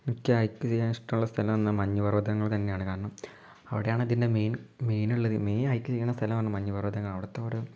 എനിക്ക് ഹൈക്ക് ചെയ്യാൻ ഇഷ്ടമുള്ള സ്ഥലമെന്ന് മഞ്ഞ് പർവ്വതങ്ങൾ തന്നെയാണ് കാരണം അവിടെയാണ് അതിൻ്റെ മെയിൻ മെയിൻ ഉള്ളത് മെയിൻ ആയിട്ട് ഇരിക്കുന്ന സ്ഥലമാണ് മഞ്ഞ് പർവ്വതങ്ങൾ അവിടുത്തെ ഓരോ